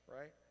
right